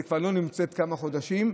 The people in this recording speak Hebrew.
והיא כבר לא נמצאת כמה חודשים.